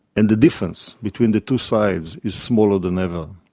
and the difference between the two sides is smaller than ever.